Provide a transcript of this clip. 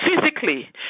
physically